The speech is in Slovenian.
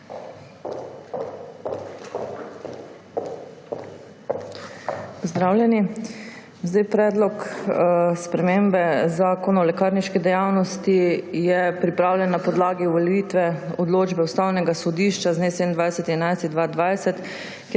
Pozdravljeni! Predlog spremembe Zakona o lekarniški dejavnosti je pripravljen na podlagi uveljavitve odločbe Ustavnega sodišča z dne 27. 11. 2020,